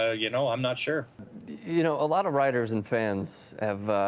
ah you know i'm not sure you know a lot of writers in france have ah.